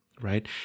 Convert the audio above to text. right